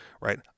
right